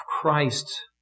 Christ